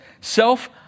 Self